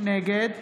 נגד